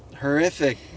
horrific